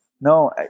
No